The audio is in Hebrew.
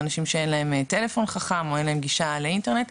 אנשים שאין להם טלפון חכם או אין להם גישה לאינטרנט.